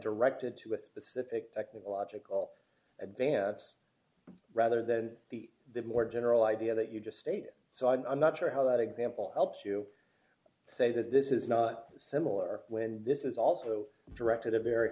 directed to a specific technological advance rather than the more general d idea that you just stated so i'm not sure how that example helps you say that this is not similar when this is also directed a very